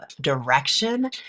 direction